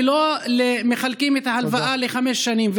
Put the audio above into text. ולא מחלקים את ההלוואה לחמש שנים.